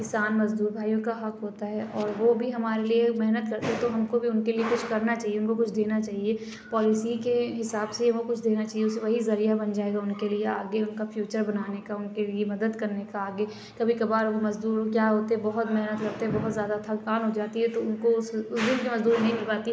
کسان مزدور بھائیوں کا حق ہوتا ہے اور وہ بھی ہمارے لیے محنت کرتے تو ہم کو بھی اُن کے لیے کچھ کرنا چاہیے اُن کو کچھ دینا چاہیے پالیسی کے حساب سے وہ کچھ دینا چاہیے اُس وہی ذریعہ بن جائے گا اُن کے لیے آگے اُن کا فیوچر بنانے کا اُن کے لیے مدد کرنے کا آگے کبھی کبھار وہ مزدور کیا ہوتے بہت محنت کرتے بہت زیادہ تھکان ہوجاتی ہے تو اُن کو اُس اُس دِن کی مزدوری نہیں مل پاتی ہے